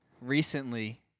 recently